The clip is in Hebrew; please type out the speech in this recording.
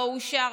לא אושר,